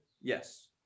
Yes